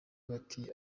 bati